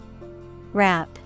Wrap